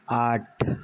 آٹھ